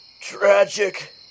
Tragic